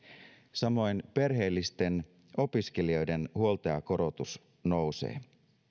samoin perheellisten opiskelijoiden huoltajakorotus nousee